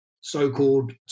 so-called